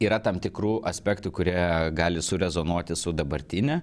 yra tam tikrų aspektų kurie gali surezonuoti su dabartine